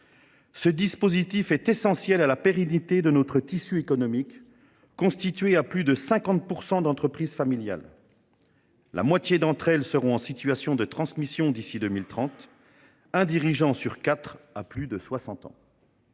Ce dispositif est essentiel à la pérennité de notre tissu économique, constitué à plus de 50 % d’entreprises familiales. La moitié d’entre elles seront en situation de transmission d’ici à 2030, un dirigeant sur quatre étant âgé de plus de 60 ans.